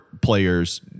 players